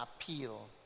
appeal